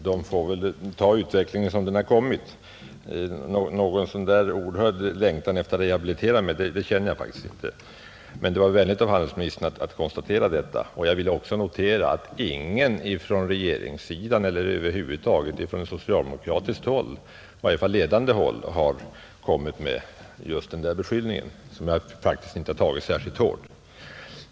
De får väl ta utvecklingen som den har kommit. Någon sådan oerhörd längtan efter att rehabilitera mig känner jag faktiskt inte, men det var vänligt av handelsministern att konstatera detta. Jag vill också notera att ingen från regeringssidan eller över huvud taget från socialdemokratiskt håll — i varje fall inte från ledande håll — har framfört just den beskyllningen, som jag alltså inte har tagit särskilt hårt.